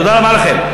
תודה רבה לכם.